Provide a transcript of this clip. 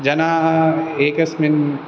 जनाः एकस्मिन्